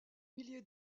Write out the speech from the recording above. milliers